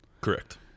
Correct